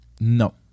No